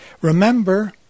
Remember